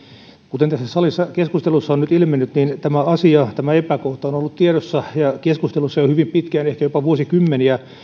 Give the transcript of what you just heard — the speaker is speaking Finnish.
kuten tässä salissa keskustelussa on nyt ilmennyt tämä asia tämä epäkohta on on ollut tiedossa ja keskustelussa jo hyvin pitkään ehkä jopa vuosikymmeniä